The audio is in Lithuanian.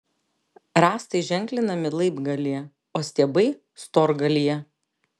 rąstai ženklinami laibgalyje o stiebai storgalyje